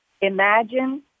imagine